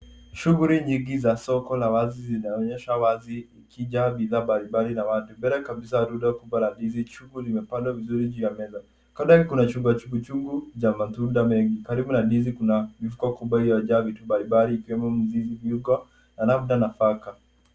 Shughuli nyingi za soko la wazi zinaonyeshwa wazi ikijaa mbalimbali na watu. Mbele kabisa, rundo kubwa la ndizi chungu limepangwa vizuri juu ya meza. Kando kuna chungwa chungu chungu za matunda mengi karibu na ndizi kuna mifuko kubwa iliyojaa vitu mabli mbali ikiwemo mizizi viungoi na labda nafaka.